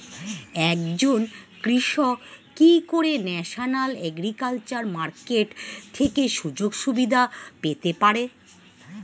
একজন কৃষক কি করে ন্যাশনাল এগ্রিকালচার মার্কেট থেকে সুযোগ সুবিধা পেতে পারে?